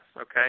okay